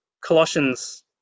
Colossians